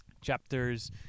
Chapters